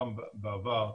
גם בעבר,